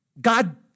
God